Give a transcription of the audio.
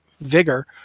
vigor